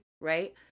Right